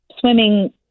Swimming